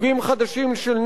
כולל נשק גרעיני,